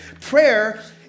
Prayer